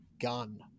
gun